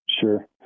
Sure